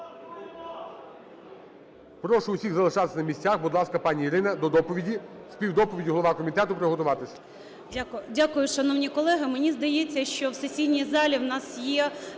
Прошу усіх залишатися на місцях. Будь ласка, пані Ірина, до доповіді. Співдоповідь, голова комітету, приготуватися. 16:56:42 ГЕРАЩЕНКО І.В. Дякую. Дякую, шановні колеги. Мені здається, що в сесійній залі в нас є